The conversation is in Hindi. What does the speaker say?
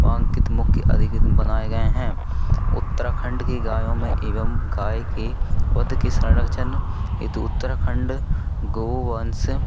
व अंकित मुख्य अधिगिम बनाएं गए हैं उत्तराखंड की गायों में एवं गाय के वध के संरक्षण हेतु उत्तराखंड गो वंश